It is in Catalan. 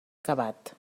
acabat